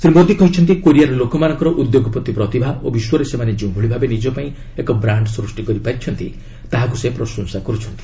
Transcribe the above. ଶ୍ରୀ ମୋଦି କହିଛନ୍ତି କୋରିଆର ଲୋକମାନଙ୍କର ଉଦ୍ୟୋଗପତି ପ୍ରତିଭା ଓ ବିଶ୍ୱରେ ସେମାନେ ଯେଉଁଭଳି ଭାବେ ନିଜପାଇଁ ଏକ ବ୍ରାଣ୍ଡ୍ ସୃଷ୍ଟି କରିପାରିଛନ୍ତି ତାହାକୁ ସେ ପ୍ରଶଂସା କରିଛନ୍ତି